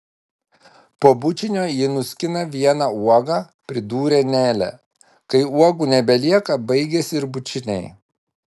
po bučinio ji nuskina vieną uogą pridūrė nelė kai uogų nebelieka baigiasi ir bučiniai